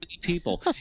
people